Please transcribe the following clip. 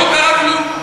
לא קרה כלום.